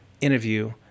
interview